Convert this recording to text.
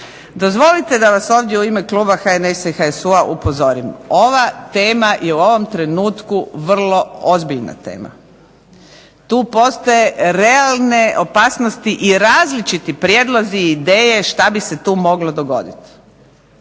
Dozvolite da vas ovdje u ime Kluba HNS HSU-a upozorim, ova tema je u ovom trenutku vrlo ozbiljna tema. Tu postoje realne opasnosti i različiti prijedlozi i ideje što bi se tu moglo dogoditi,